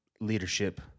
leadership